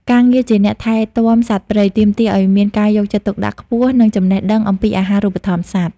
ការងារជាអ្នកថែទាំសត្វព្រៃ ទាមទារឱ្យមានការយកចិត្តទុកដាក់ខ្ពស់ និងចំណេះដឹងអំពីអាហារូបត្ថម្ភសត្វ។